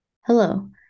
Hello